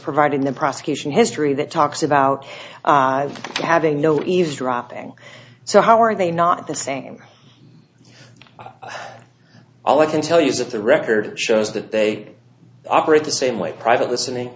providing the prosecution history that talks about having no eavesdropping so how are they not the same all i can tell you is that the record shows that they operate the same way private listening